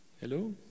Hello